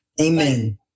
Amen